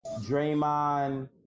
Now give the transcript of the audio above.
Draymond